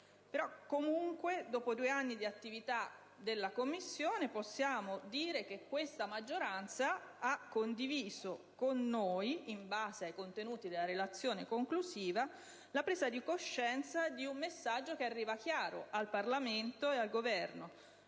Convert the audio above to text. Comunque, dopo due anni di attività della Commissione, possiamo dire che questa maggioranza ha condiviso con noi, in base ai contenuti della relazione conclusiva, la presa di coscienza di un messaggio che arriva chiaro al Parlamento e al Governo.